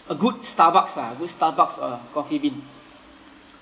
a good starbucks ah good starbucks or coffee bean